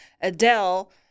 adele